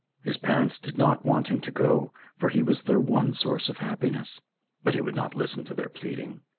his parents did not want him to go, for he was their one source of happiness but he would not listen to their pleading.